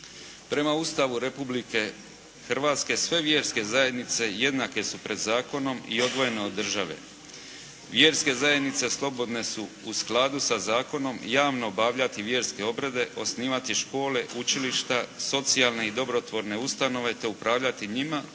Prema Ustavu Republike Hrvatske sve vjerske zajednice jednake su pred zakonom i odvojene od države. Vjerske zajednice slobodne su u skladu sa zakonom javno obavljati vjerske obrede, osnivati škole, učilišta, socijalne i dobrotvorne ustanove te upravljati njima,